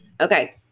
Okay